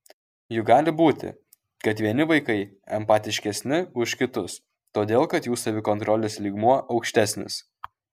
juk gali būti kad vieni vaikai empatiškesni už kitus todėl kad jų savikontrolės lygmuo aukštesnis